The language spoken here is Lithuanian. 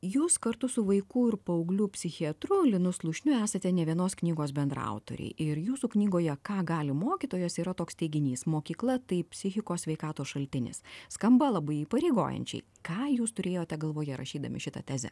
jūs kartu su vaikų ir paauglių psichiatru linu slušniu esate nė vienos knygos bendraautoriai ir jūsų knygoje ką gali mokytojas yra toks teiginys mokykla tai psichikos sveikatos šaltinis skamba labai įpareigojančiai ką jūs turėjote galvoje rašydami šitą tezę